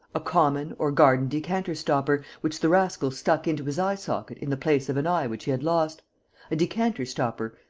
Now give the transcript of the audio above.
a common or garden decanter-stopper, which the rascal stuck into his eyesocket in the place of an eye which he had lost a decanter-stopper,